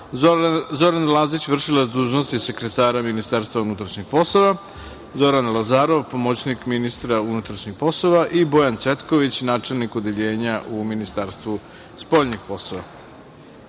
Zoran Lazić, vršilac dužnosti sekretara Ministarstva unutrašnjih poslova, Zoran Lazarov, pomoćnik ministra unutrašnjih poslova i Bojan Cvetković, načelnik odeljenja u Ministarstvu spoljnih poslova. Molim